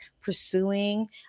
pursuing